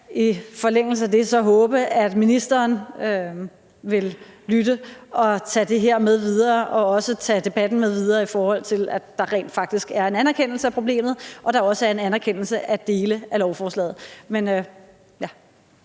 i forlængelse af det håbe, at ministeren vil lytte og tage det her med videre og også tage debatten med videre, i forhold til at der rent faktisk er en anerkendelse af problemet og også en anerkendelse af dele af beslutningsforslaget.